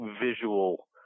visual